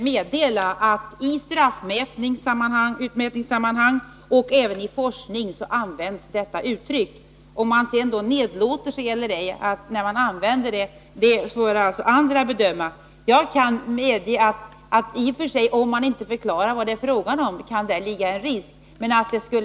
Herr talman! Upplysningsvis vill jag meddela att i straffutmätningssammanhang och även inom forskningen används detta uttryck. Om man sedan nedlåter sig eller ej när man använder uttrycket får alltså andra bedöma. Jag kani och för sig medge, att om man inte förklarar vad det är fråga om kan det ligga en risk i att använda uttrycket.